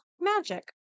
magic